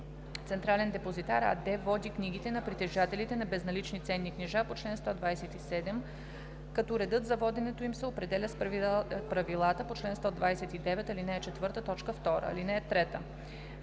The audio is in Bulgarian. „Централен депозитар“ АД води книгите на притежателите на безналични ценни книжа по чл. 127, като редът за воденето им се определя с правилата по чл. 129, ал. 4, т. 2.